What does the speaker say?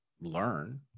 learn